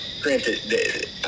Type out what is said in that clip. Granted